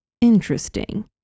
Interesting